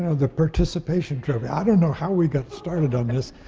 ah the participation trophy. i don't know how we got started on this,